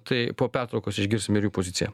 tai po pertraukos išgirsim ir jų poziciją